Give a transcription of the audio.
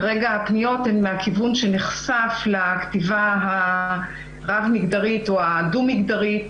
כרגע הפניות הן מהכיוון שנחשף לכתיבה הרב-מגדרית או הדו-מגדרית